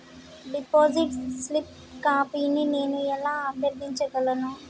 Deposit slip కాపీని నేను ఎలా అభ్యర్థించగలను?